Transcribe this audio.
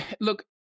look